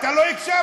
אתה לא הקשבת.